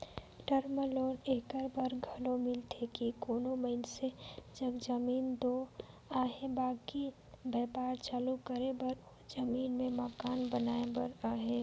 term loan एकर बर घलो मिलथे कि कोनो मइनसे जग जमीन दो अहे बकि बयपार चालू करे बर ओ जमीन में मकान बनाए बर अहे